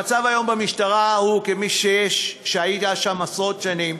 המצב היום במשטרה, כמי שהיה שם עשרות שנים,